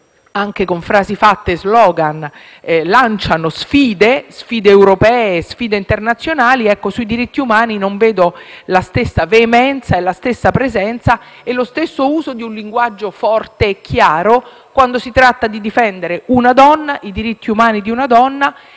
anche con frasi fatte e *slogan*, lanciano sfide europee e internazionali, ma non vedo la stessa veemenza, la stessa presenza e lo stesso uso di un linguaggio forte e chiaro quando si tratta di difendere una donna, i diritti umani di una donna